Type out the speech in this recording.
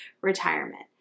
retirement